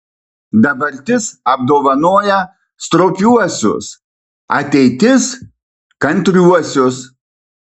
dabartis apdovanoja stropiuosius ateitis kantriuosius